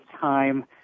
time